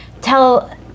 tell